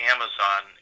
Amazon